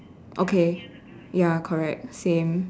okay ya correct same